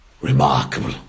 remarkable